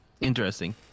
interesting